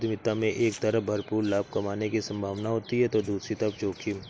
उद्यमिता में एक तरफ भरपूर लाभ कमाने की सम्भावना होती है तो दूसरी तरफ जोखिम